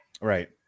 Right